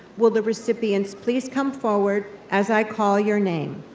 will the recipients please come forward as i call your name?